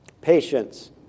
Patience